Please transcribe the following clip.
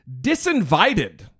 disinvited